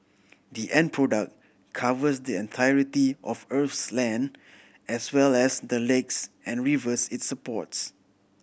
the end product covers the entirety of Earth's land as well as the lakes and rivers it's supports